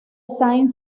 saint